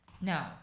No